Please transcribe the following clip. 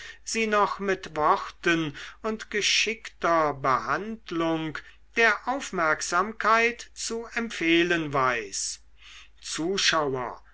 sie noch mit worten und geschickter behandlung der aufmerksamkeit zu empfehlen weiß zuschauer